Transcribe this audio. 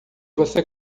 você